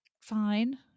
fine